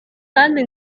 kandi